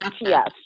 yes